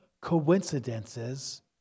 coincidences